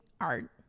art